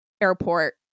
airport